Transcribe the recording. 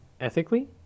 Ethically